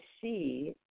see